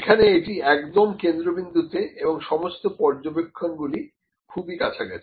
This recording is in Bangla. এখানে এটি একদম কেন্দ্রবিন্দুতে এবং সমস্ত পর্যবেক্ষণ গুলি খুবই কাছাকাছি